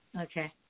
Okay